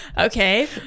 okay